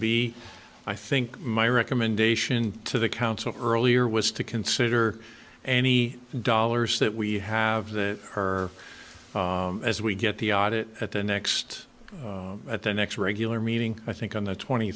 be i think my recommendation to the council earlier was to consider any dollars that we have that her as we get the audit at the next at the next regular meeting i think on the twenty